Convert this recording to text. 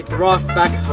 raft back